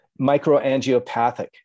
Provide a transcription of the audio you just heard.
microangiopathic